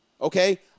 okay